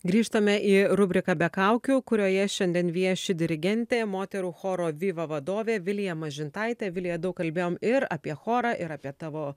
grįžtame į rubriką be kaukių kurioje šiandien vieši dirigentė moterų choro viva vadovė vilija mažintaitė vilija daug kalbėjom ir apie chorą ir apie tavo